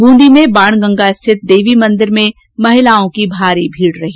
बूंदी में बाणगंगा स्थित देवी मंदिर में महिलाओं की भारी भीड़ रही